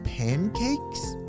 pancakes